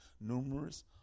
Numerous